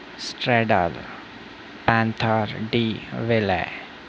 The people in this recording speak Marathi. स्ट्रेडल पॅनथार डी वेलय